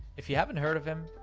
if you haven't heard of him,